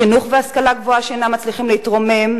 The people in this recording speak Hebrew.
חינוך והשכלה גבוהה שאינם מצליחים להתרומם,